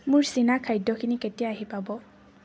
মোৰ চীনা খাদ্যখিনি কেতিয়া আহি পাব